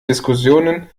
diskussionen